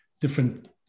different